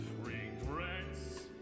regrets